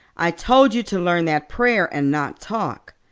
i told you to learn that prayer and not talk.